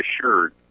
assured